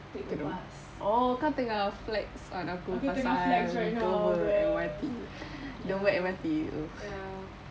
the~ oh kau tengah flex on aku pasal dover M_R_T dover M_R_T !oof!